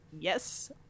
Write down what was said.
yes